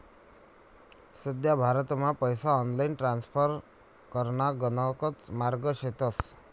सध्या भारतमा पैसा ऑनलाईन ट्रान्स्फर कराना गणकच मार्गे शेतस